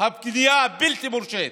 הבנייה הבלתי-מורשית.